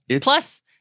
Plus